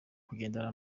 kugendana